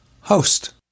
host